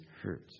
hurt